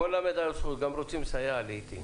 בואו נלמד עליו זכות, גם רוצים לסייע לעתים.